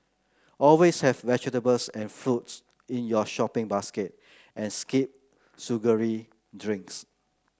always have vegetables and fruits in your shopping basket and skip sugary drinks